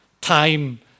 time